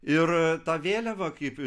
ir tą vėliavą kaip